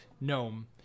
gnome